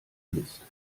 mist